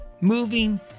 Moving